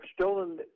stolen